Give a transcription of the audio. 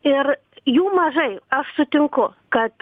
ir jų mažai aš sutinku kad